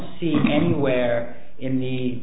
see anywhere in the